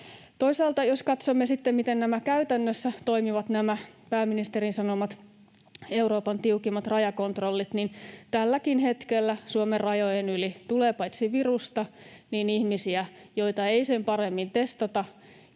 Toisaalta, jos katsomme, miten käytännössä nämä pääministerin sanomat Euroopan tiukimmat rajakontrollit toimivat, niin tälläkin hetkellä Suomen rajojen yli tulee paitsi virusta myös ihmisiä, joita ei sen paremmin testata